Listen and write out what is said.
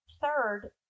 third